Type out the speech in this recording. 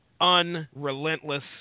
unrelentless